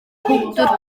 powdr